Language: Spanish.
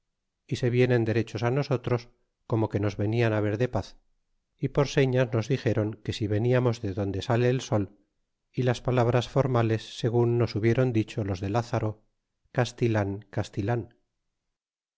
y se vienen derechos a nosotros como que nos venían ver de paz y por senas nos dixdron que si veniamos de donde sale el sol y las palabras formales segun nos hubiéron dicho los de lázaro castilan castilan